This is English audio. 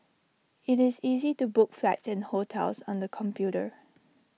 IT is easy to book flights and hotels on the computer